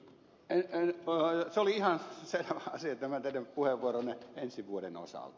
oli ihan selvä asia tämä teidän puheenvuoronne ensi vuoden osalta